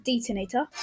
Detonator